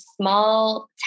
small